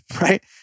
Right